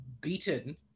beaten